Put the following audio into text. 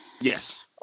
Yes